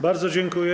Bardzo dziękuję.